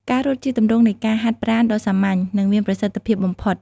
ការរត់ជាទម្រង់នៃការហាត់ប្រាណដ៏សាមញ្ញ និងមានប្រសិទ្ធភាពបំផុត។